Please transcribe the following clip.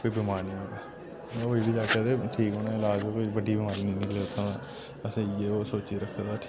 कोई बमारी नी होऐ होई बी जाचै ते ठीक होने दा ईलाज कोई बड्डी बमारी नी होऐ असें इ'यै ओह् सोची रक्खे दा